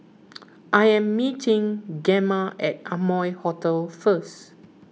I am meeting Gemma at Amoy Hotel first